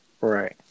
Right